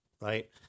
Right